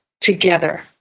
together